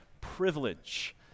privilege